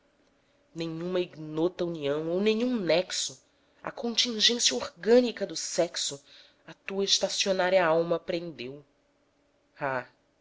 nenhuma ignota união ou nenhum sexo à contingência orgânica do sexo a tua estacionária alma prendeu ah